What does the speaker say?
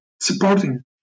supporting